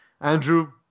Andrew